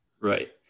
right